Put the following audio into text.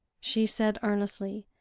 she said earnestly,